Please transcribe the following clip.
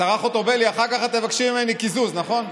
השרה חוטובלי, אחר כך את תבקשי ממני קיזוז, נכון?